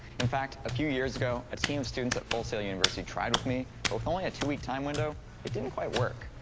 in fact, a few years ago a team of students at full sail university tried with me but with only a two week time window it didn't quite work.